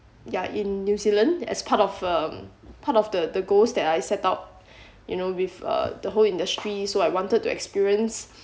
ya in New Zealand as part of um part of the the goals that I set up you know with uh the whole industry so I wanted to experience